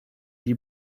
die